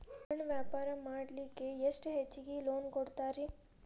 ಸಣ್ಣ ವ್ಯಾಪಾರ ಮಾಡ್ಲಿಕ್ಕೆ ಎಷ್ಟು ಹೆಚ್ಚಿಗಿ ಲೋನ್ ಕೊಡುತ್ತೇರಿ?